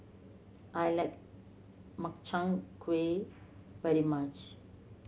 I like Makchang Gui very much